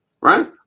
right